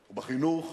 ובחינוך,